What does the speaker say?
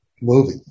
movie